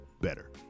better